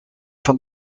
van